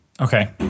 Okay